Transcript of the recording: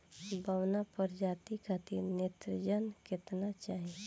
बौना प्रजाति खातिर नेत्रजन केतना चाही?